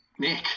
Nick